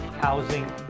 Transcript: housing